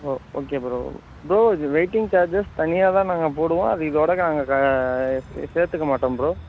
ஓ okay bro bro இது waiting charges தனியாக தான் நாங்கள் போடுவோம் அதை இதோடு நாங்கள் சே சேர்த்துக்க மாட்டோம் ப்ரோ